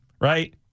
right